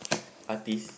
artist